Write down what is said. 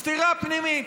סתירה פנימית.